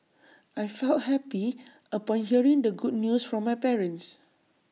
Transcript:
I felt happy upon hearing the good news from my parents